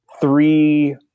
three